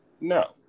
No